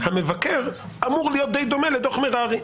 דוח המבקר אמור להיות די דומה לדוח מררי,